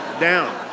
down